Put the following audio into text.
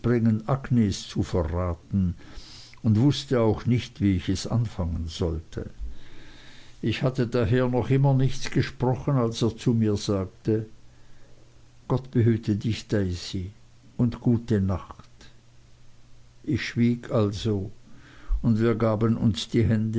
agnes zu verraten und wußte auch nicht wie ich es anfangen sollte ich hatte daher noch immer nichts gesprochen als er zu mir sagte gott behüte dich daisy und gute nacht ich schwieg also und wir gaben uns die hände